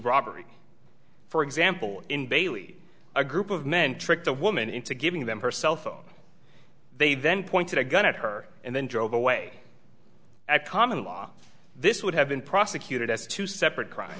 robbery for example in bailey a group of men tricked the woman into giving them her cell phone they then pointed a gun at her and then drove away at common law this would have been prosecuted as two separate cr